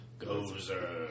Gozer